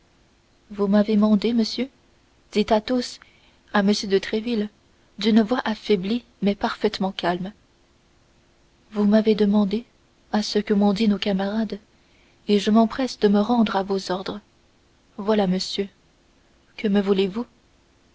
vous m'avez mandé monsieur dit athos à m de tréville d'une voix affaiblie mais parfaitement calme vous m'avez demandé à ce que m'ont dit nos camarades et je m'empresse de me rendre à vos ordres voilà monsieur que me voulez-vous